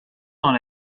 dans